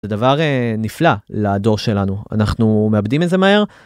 דבר נפלא לדור שלנו אנחנו מאבדים את זה מהר.